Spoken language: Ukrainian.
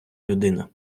людина